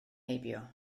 heibio